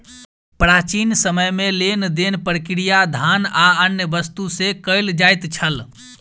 प्राचीन समय में लेन देन प्रक्रिया धान आ अन्य वस्तु से कयल जाइत छल